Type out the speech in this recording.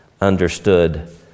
understood